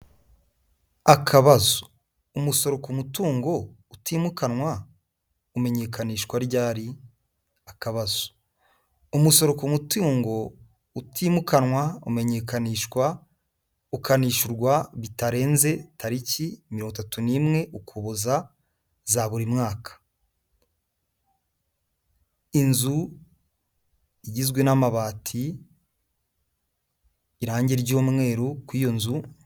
Akabazo, umusoro ku mutungo utimukanwa umenyekanishwa ryari? akabazo, umusoro ku mutungo utimukanwa umenyekanishwa ukanishyurwa bitarenze tariki mirongo itatu n'imwe ukuboza za buri mwaka, inzu igizwe n'amabati, irangi ry'umweru kuri iyo nzu.